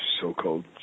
so-called